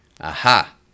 aha